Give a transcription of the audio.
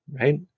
right